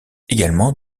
également